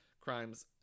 crimes